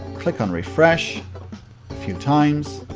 click on refresh, a few times.